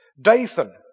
Dathan